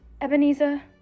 Ebenezer